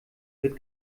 wird